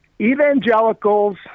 Evangelicals